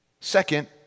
Second